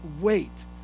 wait